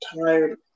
tired